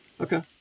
Okay